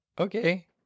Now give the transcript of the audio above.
Okay